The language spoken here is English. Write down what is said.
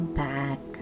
back